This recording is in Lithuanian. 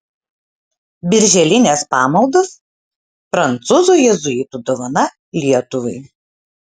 birželinės pamaldos prancūzų jėzuitų dovana lietuvai